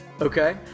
Okay